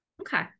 Okay